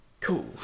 cool